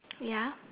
ya